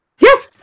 Yes